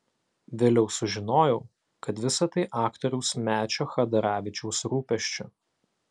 vėliau sužinojau kad visa tai aktoriaus mečio chadaravičiaus rūpesčiu